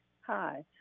Hi